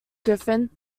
griffin